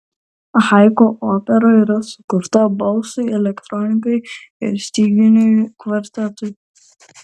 haiku opera yra sukurta balsui elektronikai ir styginių kvartetui